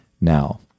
now